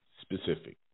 specific